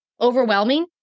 overwhelming